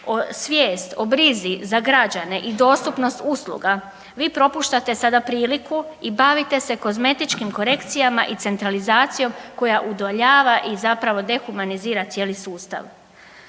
svijest o brizi za građane i dostupnost usluga vi propuštate sada priliku i bavite se kozmetičkim korekcijama i centralizacijom koja udovoljava i zapravo dehumanizira cijeli sustav.